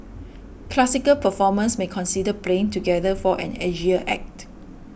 classical performers may consider playing together for an edgier act